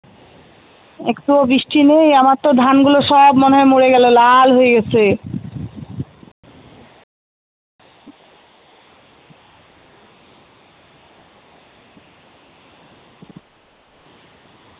একটুও বৃষ্টি নেই আমার তো ধানগুলো সব মনে হয় মরে গেলো লাল হয়ে গেছে